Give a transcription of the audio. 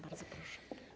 Bardzo proszę.